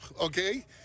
okay